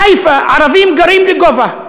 בחיפה ערבים גרים לגובה.